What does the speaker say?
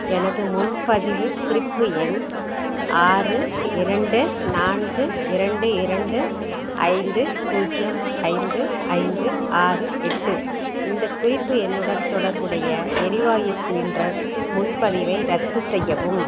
எனது முன்பதிவு குறிப்பு எண் ஆறு இரண்டு நான்கு இரண்டு இரண்டு ஐந்து பூஜ்ஜியம் ஐந்து ஐந்து ஆறு எட்டு இந்த குறிப்பு எண்ணுடன் தொடர்புடைய எரிவாயு சிலிண்டர் முன்பதிவை ரத்து செய்யவும்